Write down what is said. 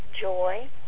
joy